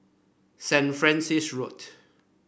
Saint Francis Road